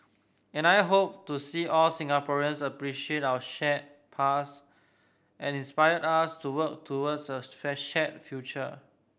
and I hope to see all Singaporeans appreciate our shared past and inspire us to work towards a shared future